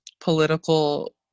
political